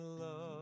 love